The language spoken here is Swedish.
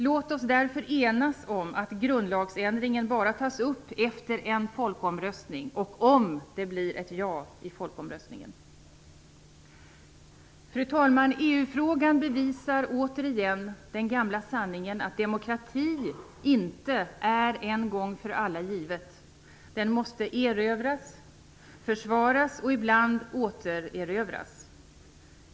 Låt oss därför enas om att grundlagsändringen bara tas upp efter en folkomröstning och om det blir ett ja i folkomröstningen. Fru talman! EU-frågan bevisar återigen den gamla sanningen att demokratin inte är en gång för alla given. Den måste erövras, försvaras och ibland återerövras.